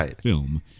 film